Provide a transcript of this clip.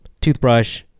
Toothbrush